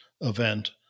event